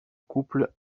couple